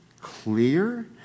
clear